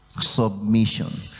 submission